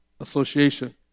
association